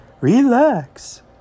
Relax